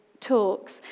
talks